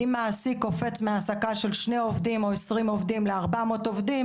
אם מעסיק קופץ מהעסקה של שני עובדים או עשרים עובדים לארבע מאות עובדים,